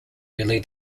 rarely